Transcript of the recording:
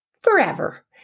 forever